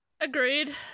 agreed